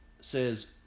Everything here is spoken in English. says